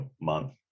month